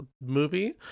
movie